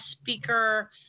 speaker